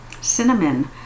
cinnamon